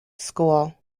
school